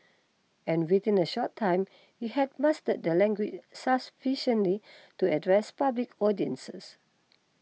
and within a short time he had mastered the language sufficiently to address public audiences